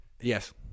Yes